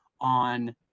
on